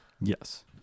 Yes